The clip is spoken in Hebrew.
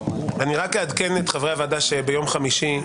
אעדכן את חברי הוועדה שביום חמישי,